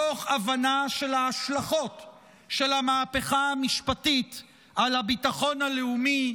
מתוך הבנה של השלכות המהפכה המשפטית על הביטחון הלאומי.